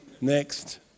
Next